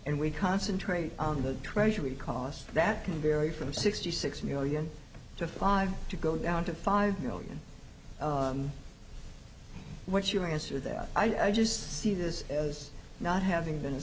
and we concentrate on the treasury costs that can vary from sixty six million to five to go down to five million what's your answer that i just see this as not having been